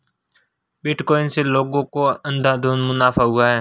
bitcoin से लोगों को अंधाधुन मुनाफा हुआ है